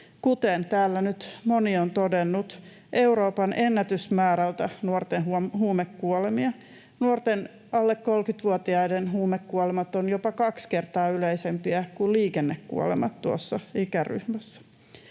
kuten täällä nyt moni on todennut, Euroopan ennätysmäärältä nuorten huumekuolemia. Nuorten, alle 30-vuotiaiden huumekuolemat ovat jopa kaksi kertaa yleisempiä kuin liikennekuolemat tuossa ikäryhmässä.